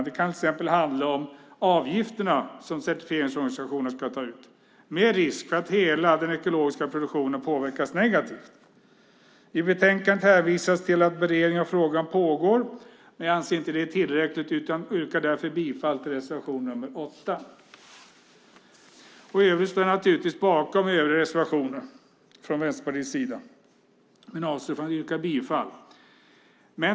Det kan till exempel handla om de avgifter som certifieringsorganisationerna ska ta ut, med risk för att hela den ekologiska produktionen påverkas negativt. I betänkandet hänvisas till att beredning av frågan pågår på Jordbruksdepartementet, men jag anser att det inte är tillräckligt och yrkar därför bifall till reservation nr 8. Jag står naturligtvis bakom övriga reservationer från Vänsterpartiets sida men avstår från att yrka bifall.